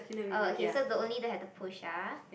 uh okay so the only don't have the push ah